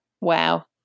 wow